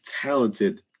talented